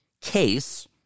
case